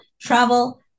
travel